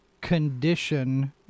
condition